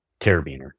carabiner